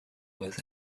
was